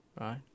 Right